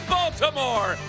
Baltimore